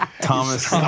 Thomas